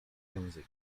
językiem